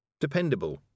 Dependable